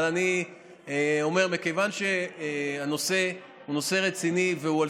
אבל אני אומר שמכיוון שהנושא הוא נושא רציני והוא על